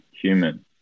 human